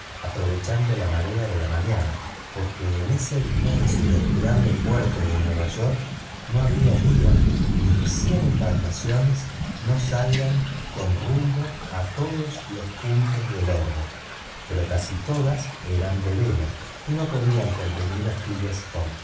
aprovechando la marea de la mañana porque en ese inmenso y admirable puerto de nueva york no hay dia en que cien embarcaciones no salgan con rumbo a todos los puntos del orbe pero casi todas eran de vela y no podían convenir